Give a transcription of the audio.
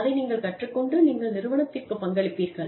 அதை நீங்கள் கற்றுக் கொண்டு நீங்கள் நிறுவனத்திற்குப் பங்களிப்பீர்கள்